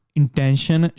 intention